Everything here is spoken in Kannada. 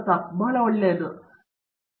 ಪ್ರತಾಪ್ ಹರಿಡೋಸ್ ಸರಿ